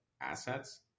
assets